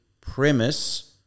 premise